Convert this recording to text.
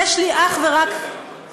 יש לי אך ורק כבוד,